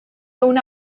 una